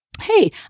Hey